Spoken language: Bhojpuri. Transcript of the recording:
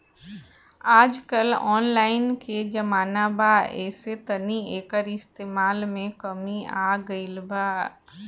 आजकल ऑनलाइन के जमाना बा ऐसे तनी एकर इस्तमाल में कमी आ गइल बा